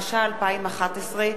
התשע"א 2011,